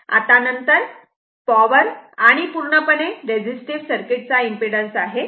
आता नंतर पॉवर आणि पूर्णपणे रेझिस्टिव्ह सर्किट चा इम्पीडन्स आहे